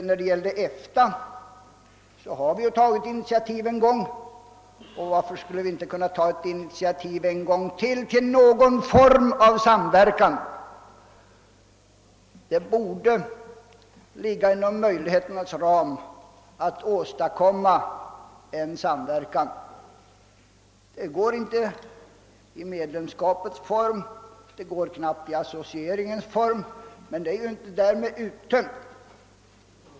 När det gällde EFTA har vi redan ti digare tagit ett initiativ — och varför skulle vi inte kunna göra det ännu en gång — till någon form av samver kan? Det borde ligga inom möjligheternas ram att åstadkomma en samverkan. Det går inte i medlemskapets form, och knappast heller i associeringens form, men därmed. är inte alla möjligheter uttömda.